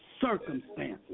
Circumstances